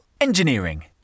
Engineering